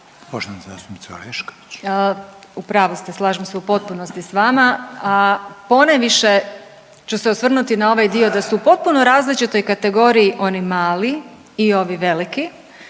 (Stranka s imenom i prezimenom)** U pravu ste, slažem se u potpunosti s vama, a ponajviše ću se osvrnuti na ovaj dio da su u potpuno različitoj kategoriji oni mali i ovi veliki